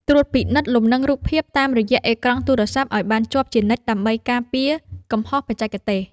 ត្រួតពិនិត្យលំនឹងរូបភាពតាមរយៈអេក្រង់ទូរស័ព្ទឱ្យបានជាប់ជានិច្ចដើម្បីការពារកំហុសបច្ចេកទេស។